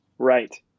right